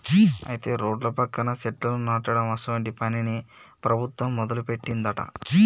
అయితే రోడ్ల పక్కన సెట్లను నాటడం అసోంటి పనిని ప్రభుత్వం మొదలుపెట్టిందట